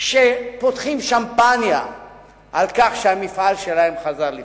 שפותחים שמפניה על כך שהמפעל שלהם חזר לפעול.